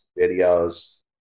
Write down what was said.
videos